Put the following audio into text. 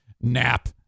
Nap